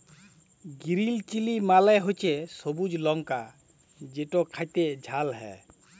গিরিল chilli মালে হছে সবুজ লংকা যেট খ্যাইতে ঝাল হ্যয়